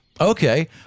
Okay